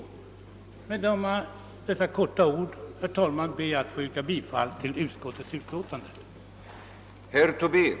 Med dessa ord, herr talman, ber jag att få yrka bifall till utskottets hemställan.